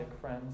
friends